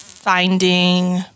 finding